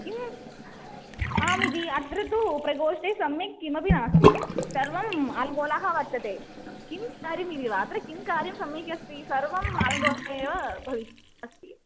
किम् आमिति अत्र तु प्रकोष्ठे सम्यक् किमपि नास्ति सर्वम् आल्गोलः वर्तते किं कार्यमिति वा अत्र किं कार्यं सम्यगस्ति सर्वम् आल्गोल एव भविष्यद् अस्ति